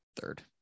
third